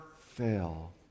fail